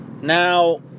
Now